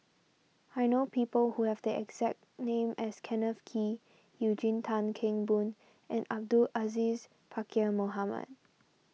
I know people who have the exact name as Kenneth Kee Eugene Tan Kheng Boon and Abdul Aziz Pakkeer Mohamed